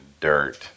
dirt